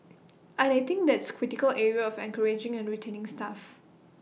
and I think that's critical area of encouraging and retaining staff